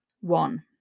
one